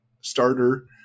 starter